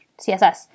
CSS